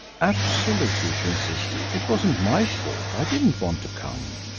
absolutely, she insisted. it wasn't my fault. i didn't want to come.